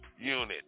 unit